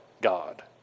God